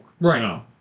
Right